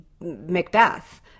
Macbeth